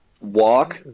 Walk